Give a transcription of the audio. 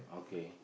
okay